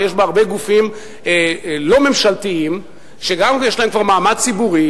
שיש בה הרבה גופים לא ממשלתיים שגם כבר יש להם מעמד ציבורי,